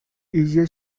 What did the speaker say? easier